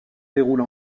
déroule